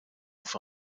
auf